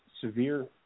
severe